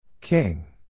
King